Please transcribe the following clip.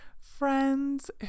friends